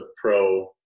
pro